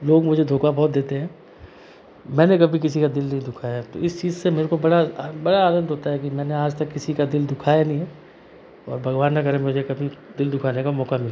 लोग मुझे धोका बहुत देते हैं मैंने कभी किसी का दिल नहीं दुखाया है इस चीज़ से मुझे बड़ा बड़ा आनंद होता है कि मैंने आज तक किसी का दिल दुखाया नहीं है और भगवान ना करे मुझे कभी किसी का दिल दुखाने का मौका मिले